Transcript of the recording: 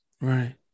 Right